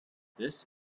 this